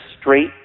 straight